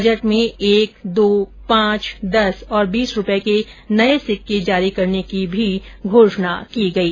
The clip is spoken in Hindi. बजट में एक दो पांच दस और बीस रूपये के नये सिक्के जारी करने की भी घोषणा की गई